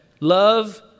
Love